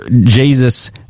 Jesus